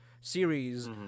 series